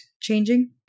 changing